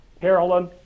Carolyn